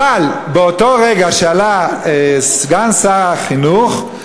אבל באותו רגע שעלה סגן שר החינוך,